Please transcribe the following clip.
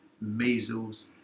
measles